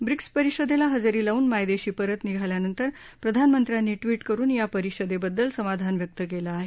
BRICS परिषदेला हजेरी लावून मायदेशी परत निघाल्यानंतर प्रधानमंत्र्यांनी ट्विट करुन या परिषदेबद्दल समाधान व्यक्त केलं आहे